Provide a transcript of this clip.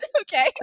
Okay